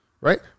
right